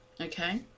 Okay